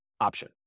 option